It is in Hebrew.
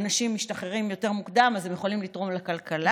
שאנשים משתחררים יותר מוקדם אז הם יכולים לתרום לכלכלה,